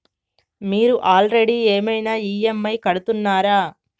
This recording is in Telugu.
మీరు ఆల్రెడీ ఏమైనా ఈ.ఎమ్.ఐ కడుతున్నారా?